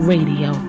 Radio